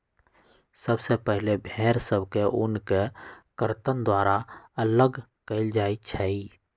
सबसे पहिले भेड़ सभ से ऊन के कर्तन द्वारा अल्लग कएल जाइ छइ